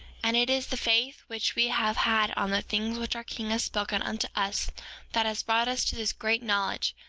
and it is the faith which we have had on the things which our king has spoken unto us that has brought us to this great knowledge,